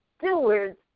stewards